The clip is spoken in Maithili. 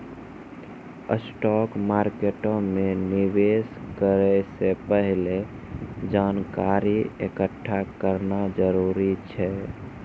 स्टॉक मार्केटो मे निवेश करै से पहिले जानकारी एकठ्ठा करना जरूरी छै